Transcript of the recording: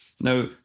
now